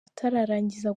atararangiza